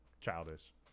childish